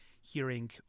hearing